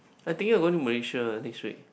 I think I'm going to Malaysia next week